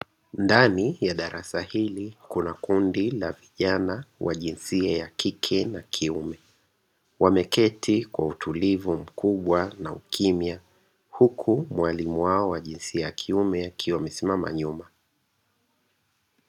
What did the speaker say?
Ndani ya darasa hili kuna kundi la vijana wa jinsia ya kike na kiume wameketi kwa utulivu mkubwa na ukimya huku mwalimu wao wa jinsia ya kiume akiwa amesimama nyuma.